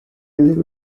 believe